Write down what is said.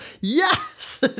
yes